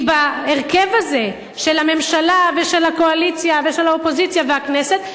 כי בהרכב הזה של הממשלה ושל הקואליציה ושל האופוזיציה והכנסת,